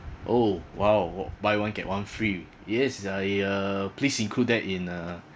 oh !wow! buy one get one free yes I uh please include that in uh